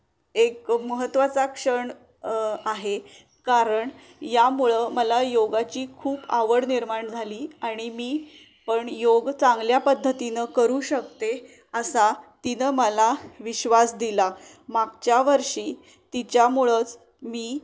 एक महत्वाचा क्षण आहे कारण यामुळं मला योगाची खूप आवड निर्माण झाली आणि मी पण योग चांगल्या पद्धतीनं करू शकते असा तिनं मला विश्वास दिला मागच्या वर्षी तिच्यामुळंच मी